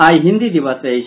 आइ हिन्दी दिवस अछि